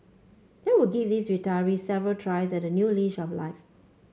that would give these retirees several tries at a new leash of life